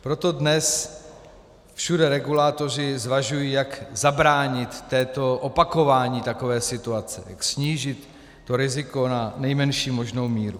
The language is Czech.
Proto dnes všude regulátoři zvažují, jak zabránit opakování takové situace, snížit to riziko na nejmenší možnou míru.